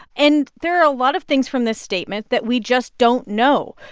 and there are a lot of things from this statement that we just don't know.